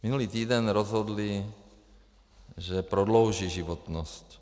Minulý týden rozhodli, že prodlouží životnost.